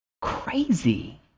crazy